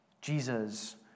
Jesus